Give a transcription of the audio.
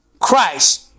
Christ